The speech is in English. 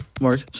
Mark